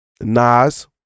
Nas